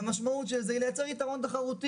המשמעות של זה היא לייצר יתרון תחרותי